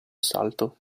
salto